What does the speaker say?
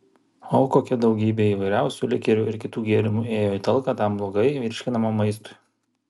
o kokia daugybė įvairiausių likerių ir kitų gėrimų ėjo į talką tam blogai virškinamam maistui